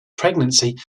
pregnancy